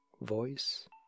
voice